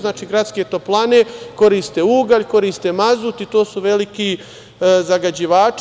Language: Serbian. Znači, gradske toplane koriste ugalj, koriste mazut i to su veliki zagađivači.